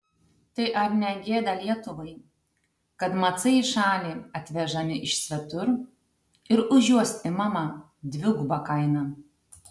tai ar ne gėda lietuvai kad macai į šalį atvežami iš svetur ir už juos imama dviguba kaina